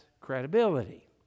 credibility